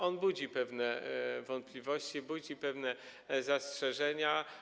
Ono budzi pewne wątpliwości, budzi pewne zastrzeżenia.